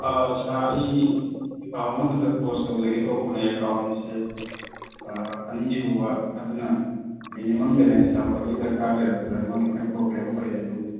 ꯁꯥꯔ ꯑꯩ ꯑꯦꯀꯥꯎꯟ ꯑꯃ ꯈꯛꯇ ꯀ꯭ꯂꯣꯖ ꯇꯧꯖꯒꯦ ꯇꯧꯕꯅꯦ ꯑꯦꯀꯥꯎꯟꯁꯦ ꯑꯅꯤꯁꯨꯕ ꯑꯗꯨꯅ ꯃꯤꯅꯤꯃꯝ ꯕꯦꯂꯦꯟꯁ ꯊꯝꯕꯒꯤ ꯗꯔꯀꯥꯔ ꯂꯩꯔꯛꯄꯗ ꯑꯩꯉꯣꯟꯗ ꯈꯤꯇꯪ ꯄ꯭ꯔꯣꯕ꯭ꯂꯦꯝ ꯑꯣꯏꯔꯦ ꯑꯗꯨꯒꯤ